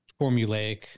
formulaic